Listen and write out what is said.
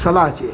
સલાહ છે